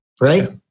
right